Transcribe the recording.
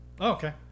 Okay